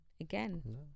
again